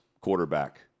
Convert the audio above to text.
quarterback